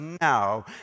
now